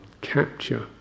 capture